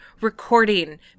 recording